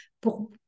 pour